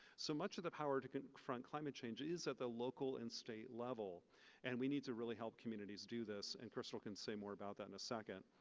so much of the power to confront climate change is at the local and state level and we need to help communities do this. and crystal can say more about that in a second.